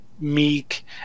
meek